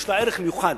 יש לה ערך מיוחד,